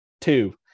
Two